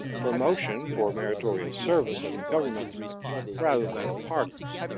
promotion for meritorious service of the government rather than of parties